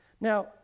Now